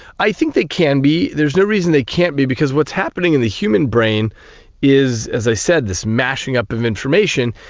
i think they can be. there's no reason they can't be because what's happening in the human brain is, as i said, this mashing up of information,